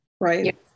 Right